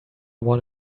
one